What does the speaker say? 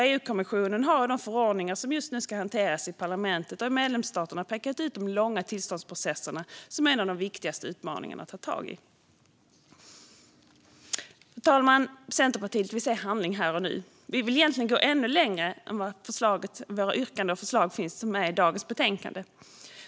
EU-kommissionen har i de förordningar som just nu ska hanteras i parlamentet och i medlemsstaterna pekat ut de långa tillståndsprocesserna som en av de viktigaste utmaningarna att ta tag i. Fru talman! Centerpartiet vill se handling här och nu. Vi vill egentligen gå ännu längre än i de yrkanden och förslag som behandlas i dagens betänkande.